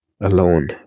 alone